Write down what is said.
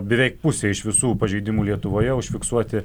beveik pusė iš visų pažeidimų lietuvoje užfiksuoti